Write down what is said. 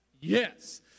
Yes